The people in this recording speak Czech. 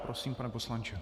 Prosím, pane poslanče.